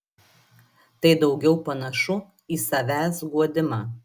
tai daugiau panašu į savęs guodimą